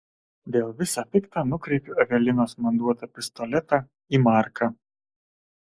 dėl visa pikta nukreipiu evelinos man duotą pistoletą į marką